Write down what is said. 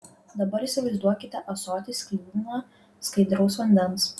dabar įsivaizduokite ąsotį sklidiną skaidraus vandens